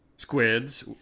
squids